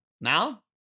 Now